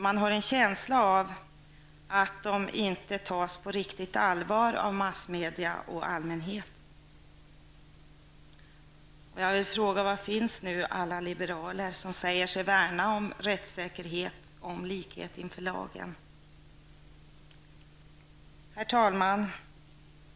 Man har en känsla av att de inte tas riktigt på allvar av massmedia och allmänhet. Jag vill fråga: Var finns nu dessa liberaler som säger sig värna om rättssäkerhet och likhet inför lagen? Herr talman!